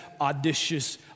audacious